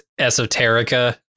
esoterica